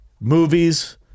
movies